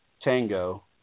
Tango